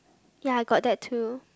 ya I got that too